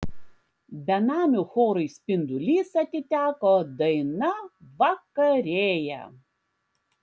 benamių chorui spindulys atiteko daina vakarėja